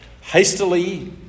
hastily